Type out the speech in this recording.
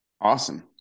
Awesome